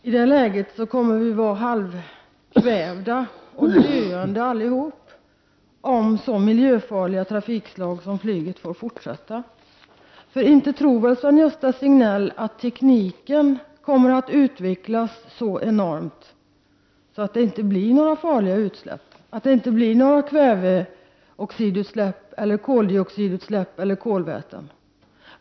I det läget kommer vi alla att vara halvkvävda och döende, om ett så miljöfarligt trafikslag som flyget nu får fortsätta att öka i omfattning. Sven-Gösta Signell tror väl inte att tekniken kommer att utvecklas så enormt att det inte blir några farliga utsläpp av kväveoxid, koldioxid och kolväte.